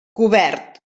cobert